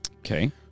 Okay